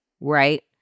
right